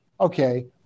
Okay